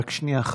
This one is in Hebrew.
רק שנייה,